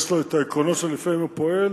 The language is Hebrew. יש לו העקרונות שלפיהם הוא פועל.